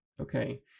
okay